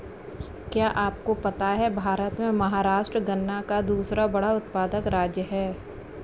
क्या आपको पता है भारत में महाराष्ट्र गन्ना का दूसरा बड़ा उत्पादक राज्य है?